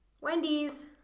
Wendy's